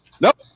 Nope